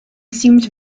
seems